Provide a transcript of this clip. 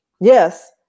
yes